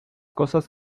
cosas